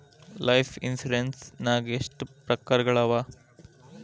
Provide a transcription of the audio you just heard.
Life insurance ನ್ಯಾಗ ಎಷ್ಟ್ ಪ್ರಕಾರ್ಗಳವ?